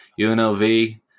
UNLV